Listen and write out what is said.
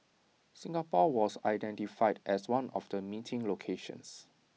Singapore was identified as one of the meeting locations